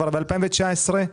כבר ב-2019,